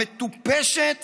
המטופשת